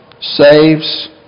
saves